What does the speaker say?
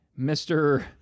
Mr